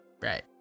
Right